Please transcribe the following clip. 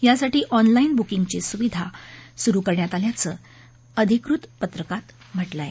यासाठी ऑनलाईन बुर्कींगची सुविधा सुरु करण्यात आल्याचं अधिकृत पत्रकात म्हटलं आहे